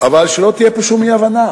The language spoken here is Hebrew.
אבל שלא תהיה פה שום אי-הבנה: